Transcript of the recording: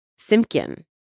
Simkin